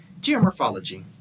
Geomorphology